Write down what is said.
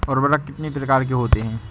उर्वरक कितनी प्रकार के होते हैं?